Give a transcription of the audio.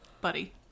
buddy